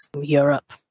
Europe